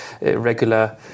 regular